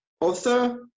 author